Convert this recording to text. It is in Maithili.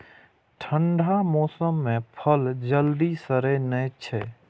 ठंढा मौसम मे फल जल्दी सड़ै नै छै